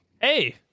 Hey